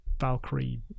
Valkyrie